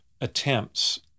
attempts